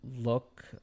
look